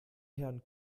herrn